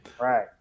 Right